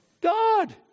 God